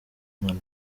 man